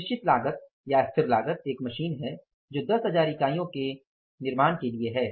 निश्चित लागत एक मशीन है 10 हजारों इकाइयां के विनिर्माण के लिए एक मशीन है